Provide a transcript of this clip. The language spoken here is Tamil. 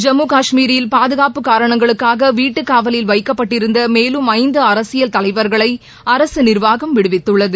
ஜம்மு காஷ்மீரில் பாதுகாப்பு காரணங்களுக்காக வீட்டு காவலில் வைக்கப்பட்டிருந்த மேலும் ஐந்து அரசியல் தலைவர்களை அரசு நிர்வாகம் விடுவித்துள்ளது